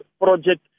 project